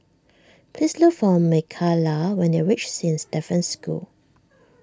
please look for Micayla when you reach Saint Stephen's School